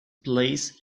place